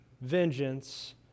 Vengeance